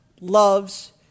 loves